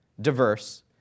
diverse